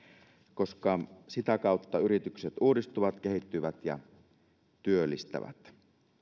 koska sitä kautta yritykset uudistuvat kehittyvät ja työllistävät